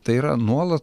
tai yra nuolat